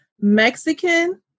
Mexican